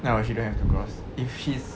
no she don't have to cross if she's